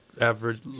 average